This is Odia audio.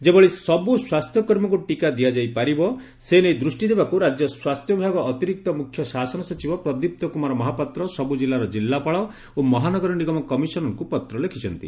ଯେଭଳି ସବୁ ସ୍ୱାସ୍ଥ୍ୟକର୍ମୀଙ୍କୁ ଟିକା ଦିଆଯାଇପାରିବ ସେ ନେଇ ଦୂଷ୍ଟି ଦେବାକୁ ରାଜ୍ୟ ସ୍ୱାସ୍ଥ୍ୟ ବିଭାଗ ଅତିରିକ୍ତ ମୁଖ୍ୟ ଶାସନ ସଚିବ ପ୍ରଦୀପ୍ତ କୁମାର ମହାପାତ୍ର ସବୁ ଜିଲ୍ଲାର ଜିଲ୍ଲାପାଳ ଓ ମହାନଗର ନିଗମ କମିଶନରଙ୍କୁ ପତ୍ର ଲେଖିଛନ୍ତି